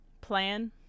plan